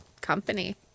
company